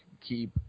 keep